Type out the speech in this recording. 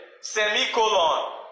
Semicolon